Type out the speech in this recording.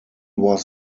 was